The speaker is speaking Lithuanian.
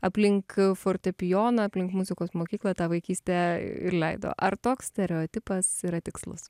aplink fortepijoną aplink muzikos mokyklą tą vaikystę ir leido ar toks stereotipas yra tikslas